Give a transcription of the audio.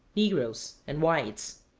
negroes, and whites.